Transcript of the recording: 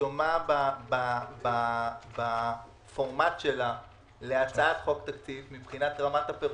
שדומה בפורמט שלה להצעת חוק תקציב מבחינת רמת הפירוט.